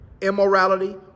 immorality